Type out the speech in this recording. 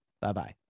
Bye-bye